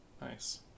Nice